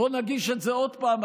בוא נגיש את זה עוד פעם.